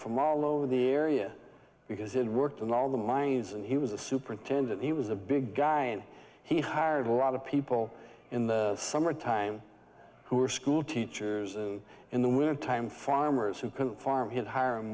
from all over the area because it worked in all the mines and he was a superintendent he was a big guy and he hired a lot of people in the summer time who were school teachers and in the winter time farmers who couldn't farm had hi